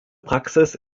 praxis